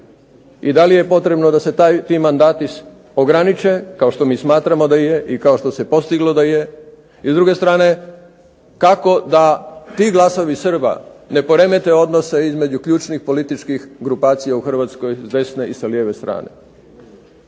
i da li je potrebno da se taj, ti mandati ograniče, kao što mi smatramo da je i kao što se postiglo da je, i s druge strane kako da ti glasovi Srba ne poremete odnose između ključnih političkih grupacija u Hrvatskoj s desne i sa lijeve strane.